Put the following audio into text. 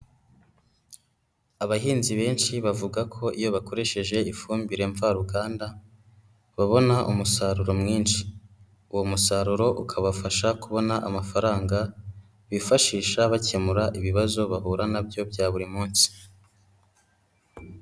Abahinzi benshi bavuga ko iyo bakoresheje ifumbire mvaruganda babona umusaruro mwinshi, uwo musaruro ukabafasha kubona amafaranga, bifashisha bakemura ibibazo bahura na byo bya buri munsi.